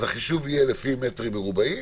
אז החישוב יהיה לפי מטרים מרבועים